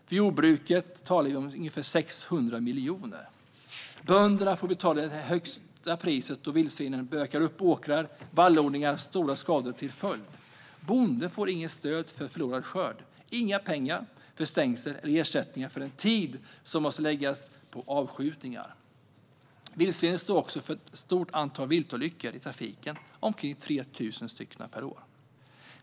För jordbruket rör det sig om ca 600 miljoner kronor. Bönderna får betala det högsta priset då vildsvinen bökar upp åkrar och vallodlingar med stora skador som följd. Bonden får inget stöd för förlorad skörd, inga pengar för stängsel och ingen ersättning för den tid som måste läggas på avskjutning. Vildsvinen står också för ett stort antal viltolyckor i trafiken, omkring 3 000 per år.